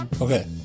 Okay